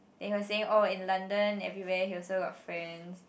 they were saying oh in London everywhere he also got friends